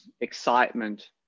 excitement